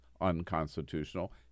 unconstitutional